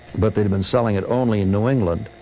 but they had been selling it only in new england,